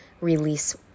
release